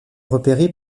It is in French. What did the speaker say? repéré